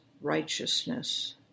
righteousness